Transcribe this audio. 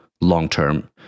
long-term